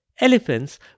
elephants